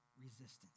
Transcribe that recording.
resistance